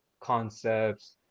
concepts